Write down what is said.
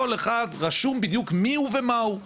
כל אחד רשום בדיוק מיהו ומהו.